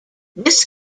this